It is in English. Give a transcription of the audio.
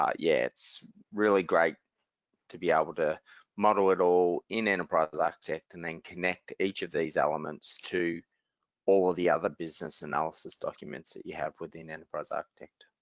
um yeah it's really great to be able to model it all in enterprises architect and then connect all these elements to all the other business analysis documents, that you have within enterprise architect